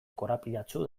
korapilatsu